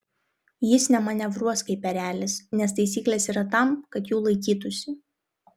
jis nemanevruos kaip erelis nes taisyklės yra tam kad jų laikytųsi